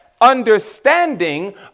understanding